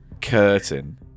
Curtain